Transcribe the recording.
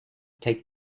take